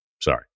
Sorry